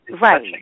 Right